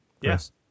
Yes